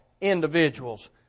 individuals